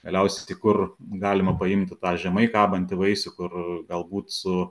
galiausiai tai kur galima paimti tą žemai kabantį vaisių kur galbūt su